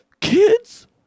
kids